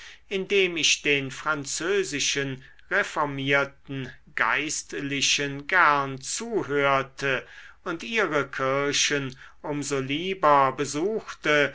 indem ich den französischen reformierten geistlichen gern zuhörte und ihre kirchen um so lieber besuchte